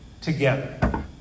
together